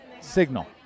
Signal